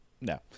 no